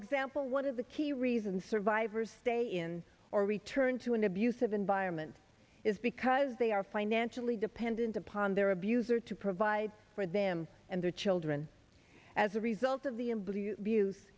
example one of the key reasons survivors stay in or return to an abusive environment is because they are financially dependent upon their abuser to provide for them and their children as a result of the